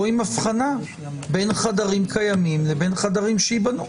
או עם הבחנה בין חדרים קיימים לבין חדרים שייבנו,